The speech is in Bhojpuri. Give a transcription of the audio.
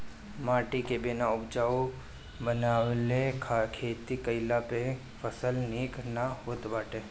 माटी के बिना उपजाऊ बनवले खेती कईला पे फसल निक ना होत बाटे